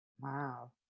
Wow